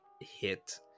hit